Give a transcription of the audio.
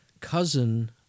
cousin